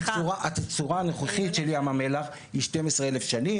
התצורה הנוכחית של ים המלח היא 12 אלף שנים,